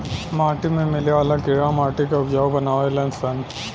माटी में मिले वाला कीड़ा माटी के उपजाऊ बानावे लन सन